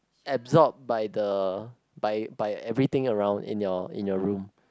absorbed by the by by everything around in your in your room